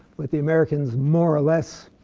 with the americans more or less